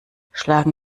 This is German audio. schlagen